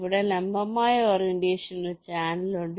ഇവിടെ ലംബമായ ഓറിയന്റേഷൻ ഒരു ചാനൽ ഉണ്ട്